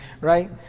right